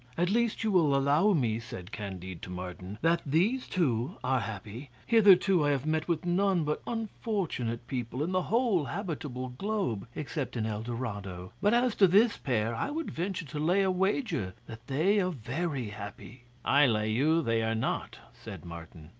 at least you will allow me, said candide to martin, that these two are happy. hitherto i have met with none but unfortunate people in the whole habitable globe, except in el dorado but as to this pair, i would venture to lay a wager that they are very happy. i lay you they are not, said martin.